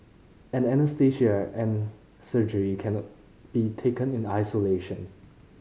anaesthesia and surgery cannot be taken in isolation